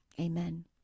amen